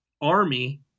Army